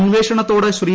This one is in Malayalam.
അന്വേഷണത്തോട് ശ്രീ